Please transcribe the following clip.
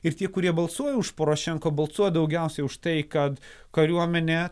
ir tie kurie balsuoja už porošenko balsuoja daugiausia už tai kad kariuomenė